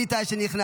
כלי טיס שנכנס.